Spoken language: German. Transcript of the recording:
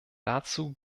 dazu